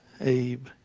Abe